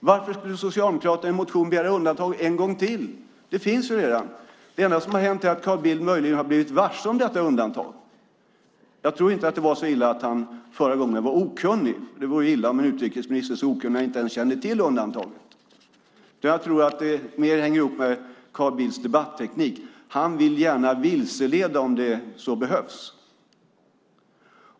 Varför skulle Socialdemokraterna i en motion begära undantag en gång till? Det finns redan. Det enda som har hänt är möjligen att Carl Bildt har blivit varse detta undantag. Jag tror inte att det var så illa att han förra gången var okunnig. Det vore illa om en utrikesminister var så okunnig att han inte ens kände till undantaget. Jag tror att det mer hänger ihop med Carl Bildts debatteknik. Han vill gärna vilseleda om så behövs.